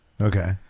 Okay